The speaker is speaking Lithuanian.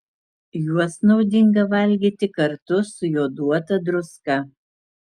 juos naudinga valgyti kartu su joduota druska